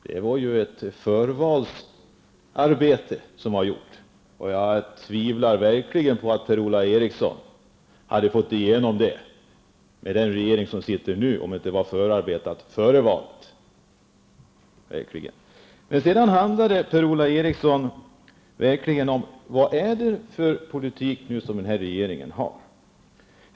Det gjordes ju ett förvalsarbete, och jag tvivlar verkligen på att Per-Ola Eriksson hade fått igenom någonting, om det inte hade gjorts ett förarbete före valet. Vad är det för politik som den här regringen för?